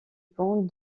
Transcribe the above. pont